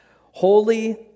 holy